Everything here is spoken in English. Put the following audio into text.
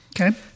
Okay